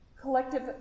Collective